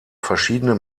verschiedene